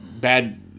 bad